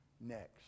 next